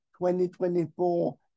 2024